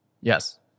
Yes